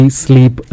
sleep